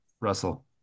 Russell